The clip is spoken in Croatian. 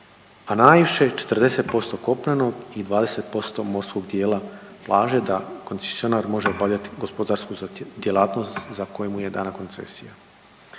a najviše 40% kopnenog i 20% morskog dijela plaže da koncesionar može obavljati gospodarsku djelatnost za koju mu je dana koncesija.